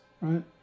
right